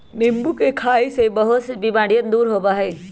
नींबू के खाई से बहुत से बीमारियन दूर होबा हई